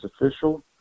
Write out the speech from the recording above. official